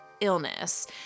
illness